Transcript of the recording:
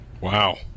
Wow